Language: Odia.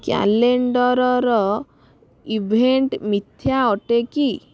କ୍ୟାଲେଣ୍ଡରର ଇଭେଣ୍ଟ ମିଥ୍ୟା ଅଟେ କି